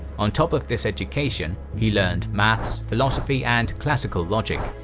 on top of this education, he learned maths, philosophy, and classical logic.